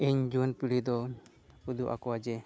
ᱤᱧ ᱡᱩᱣᱟᱹᱱ ᱯᱤᱲᱦᱤ ᱫᱚ ᱩᱫᱩᱜ ᱟᱠᱚᱣᱟ ᱡᱮ